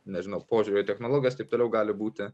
nežinau požiūrio į technologas taip toliau gali būti